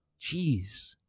Jeez